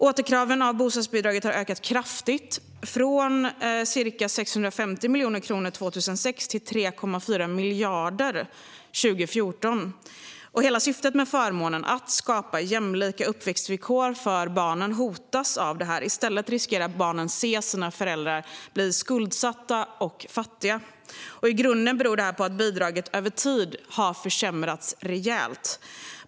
Återkraven av bostadsbidrag har ökat kraftigt, från ca 650 miljoner kronor 2006 till 3,4 miljarder 2014, och hela syftet med förmånen, att skapa jämlika uppväxtvillkor för barn, hotas av detta. I stället riskerar barn att se sina föräldrar bli skuldsatta och fattiga. I grunden beror detta på att bidraget över tid har försämrats rejält.